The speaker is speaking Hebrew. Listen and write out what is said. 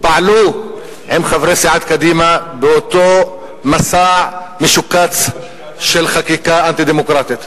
פעלו עם חברי סיעת קדימה באותו מסע משוקץ של חקיקה אנטי-דמוקרטית,